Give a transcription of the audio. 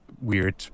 weird